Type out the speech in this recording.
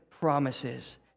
Promises